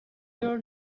your